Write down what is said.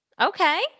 Okay